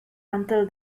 until